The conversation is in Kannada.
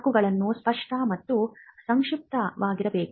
ಹಕ್ಕುಗಳು ಸ್ಪಷ್ಟ ಮತ್ತು ಸಂಕ್ಷಿಪ್ತವಾಗಿರಬೇಕು